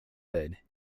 bed